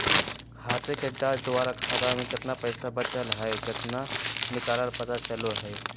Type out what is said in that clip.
खाते के जांच द्वारा खाता में केतना पैसा बचल हइ केतना निकलय पता चलो हइ